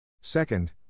Second